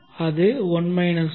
அது 1 1 11i